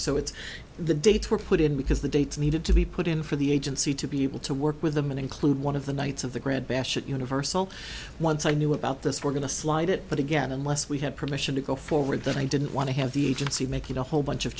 so it's the dates were put in because the dates needed to be put in for the agency to be able to work with them and include one of the knights of the grad bash at universal once i knew about this were going to slide it but again unless we had permission to go forward that i didn't want to have the agency making a whole bunch of